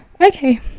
okay